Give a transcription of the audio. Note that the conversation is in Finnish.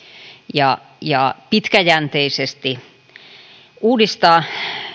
ja ja pitkäjänteisesti uudistaa